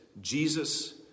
Jesus